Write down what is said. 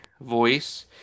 voice